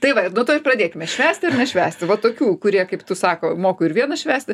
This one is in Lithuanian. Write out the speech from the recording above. tai va ir nuo to ir pradėkime švęsti ar nešvęsti va tokių kurie kaip tu sako moku ir vienas švęsti